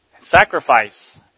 sacrifice